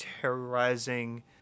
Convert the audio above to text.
terrorizing